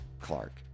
Clark